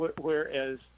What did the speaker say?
Whereas